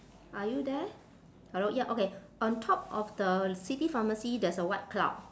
are you there hello ya okay on top of the city pharmacy there's a white cloud